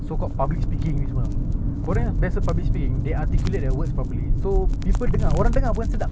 very smooth ah bro ni best ya aku rasa kita can do it seriously like eh bro jom mari jumpa buat